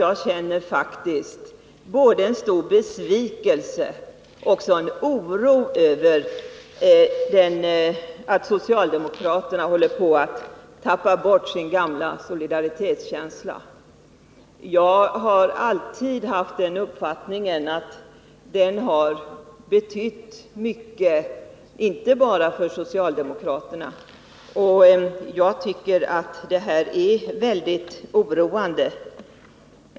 Jag känner faktiskt både en stor besvikelse och en oro över att socialdemokraterna håller på att tappa bort sin gamla solidaritetskänsla. För min del har jag alltid haft uppfattningen att den betytt mycket och det inte bara för socialdemokraterna. Jag tycker att det här är synnerligen oroande.